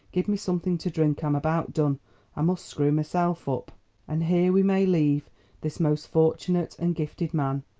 give me something to drink i'm about done i must screw myself up and here we may leave this most fortunate and gifted man.